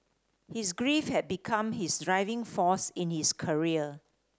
his grief had become his driving force in his career